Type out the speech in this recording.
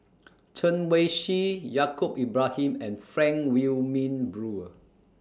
Chen Wen Hsi Yaacob Ibrahim and Frank Wilmin Brewer